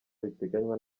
biteganywa